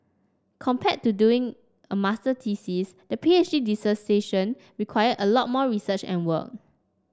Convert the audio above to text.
compared to doing a masters thesis the P H D dissertation required a lot more research and work